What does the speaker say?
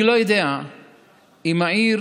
אני לא יודע אם העיר